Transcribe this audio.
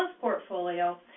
portfolio